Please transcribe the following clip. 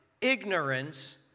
ignorance